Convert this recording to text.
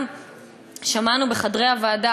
גם שמענו בחדרי הוועדה,